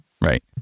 Right